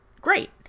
great